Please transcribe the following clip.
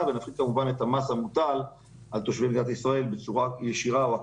ולהפחית את המס המוטל על תושבי מדינת ישראל בצורה ישירה או עקיפה.